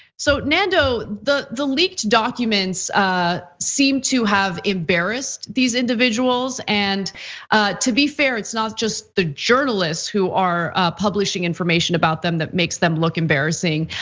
so nando the the leaked documents ah seem to have embarrassed these individuals. and to be fair, it's not just the journalists who are publishing information about them that makes them look embarrassing.